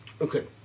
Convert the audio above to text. Okay